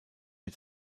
mit